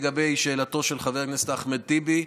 לגבי שאלתו של חבר הכנסת אחמד טיבי,